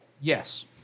yes